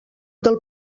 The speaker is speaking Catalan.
del